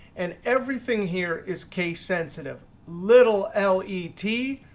and everything here is case sensitive. little l e t,